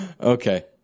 Okay